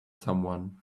someone